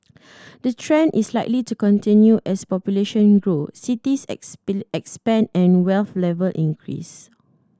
the trend is likely to continue as population grow cities expand and wealth level increase